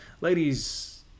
Ladies